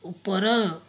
ଉପର